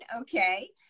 Okay